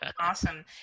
Awesome